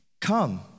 come